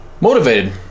motivated